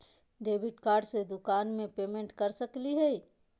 Debit card से दुकान में पेमेंट कर सकली हई?